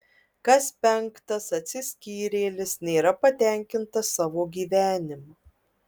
kas penktas atsiskyrėlis nėra patenkintas savo gyvenimu